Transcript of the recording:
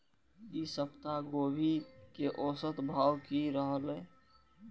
ई सप्ताह गोभी के औसत भाव की रहले?